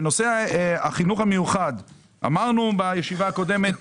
בנושא החינוך המיוחד אמרנו בישיבה הקודמת,